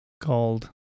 called